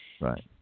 right